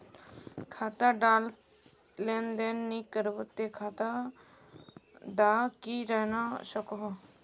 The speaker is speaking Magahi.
खाता डात लेन देन नि करबो ते खाता दा की रहना सकोहो?